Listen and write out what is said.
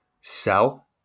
sell